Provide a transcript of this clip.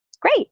Great